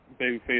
babyface